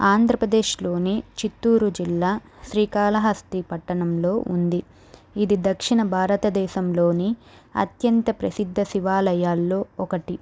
ఆంధ్రపదేశ్లోని చిత్తూరు జిల్లా శ్రీకాళహస్తి పట్టణంలో ఉంది ఇది దక్షిణ భారతదేశంలోని అత్యంత ప్రసిద్ధ శివాలయాల్లో ఒకటి